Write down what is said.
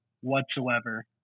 whatsoever